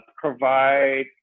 provide